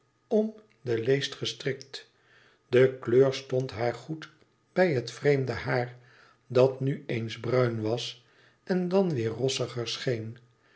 om den leest gestrikt de kleur stond haar goed bij het vreemde haar dat nu eens bruin was en dan weêr rossiger scheen